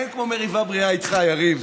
אין כמו מריבה בריאה איתך, יריב.